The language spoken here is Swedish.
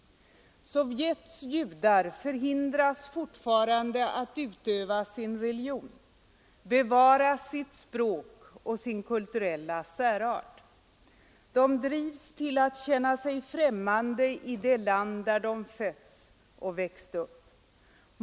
Sovjets judar förhindras fortfarande att utöva sin religion, bevara sitt språk och sin kulturella särart. De drivs till att känna sig främmande i det land där de fötts och växt upp.